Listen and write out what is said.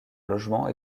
logements